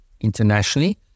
internationally